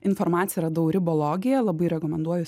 informaciją radau ribologija labai rekomenduoju